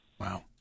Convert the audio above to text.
Wow